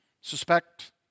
suspect